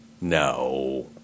No